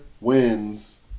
wins